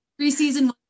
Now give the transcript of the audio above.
preseason